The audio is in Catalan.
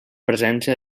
presència